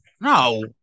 No